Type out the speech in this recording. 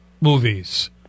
movies